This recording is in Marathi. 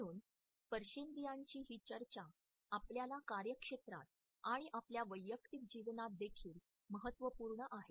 म्हणून स्पर्शेंद्रियाची ही चर्चा आपल्या कार्यक्षेत्रात आणि आपल्या वैयक्तिक जीवनात देखील महत्त्वपूर्ण आहे